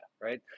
right